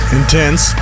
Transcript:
intense